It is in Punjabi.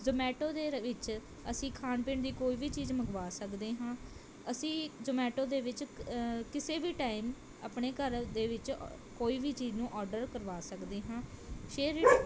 ਜ਼ੋਮੈਟੋ ਦੇ ਰ ਵਿੱਚ ਅਸੀਂ ਖਾਣ ਪੀਣ ਦੀ ਕੋਈ ਵੀ ਚੀਜ਼ ਮੰਗਵਾ ਸਕਦੇ ਹਾਂ ਅਸੀਂ ਜੋਮੈਟੋ ਦੇ ਵਿੱਚ ਕਿਸੇ ਵੀ ਟਾਈਮ ਆਪਣੇ ਘਰ ਦੇ ਵਿੱਚ ਕੋਈ ਵੀ ਚੀਜ਼ ਨੂੰ ਔਡਰ ਕਰਵਾ ਸਕਦੇ ਹਾਂ ਸ਼ੇਅਰਇੱਟ